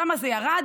שם זה ירד.